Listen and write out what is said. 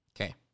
Okay